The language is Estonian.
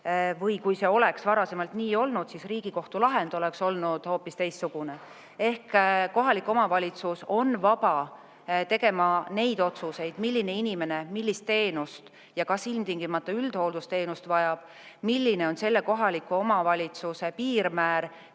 või kui see oleks varasemalt nii olnud, siis Riigikohtu lahend oleks hoopis teistsugune. Kohalik omavalitsus on vaba tegema otsuseid, milline inimene millist teenust vajab. Kas [keegi vajab] ilmtingimata üldhooldusteenust, milline on kohaliku omavalitsuse piirmäär,